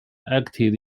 acted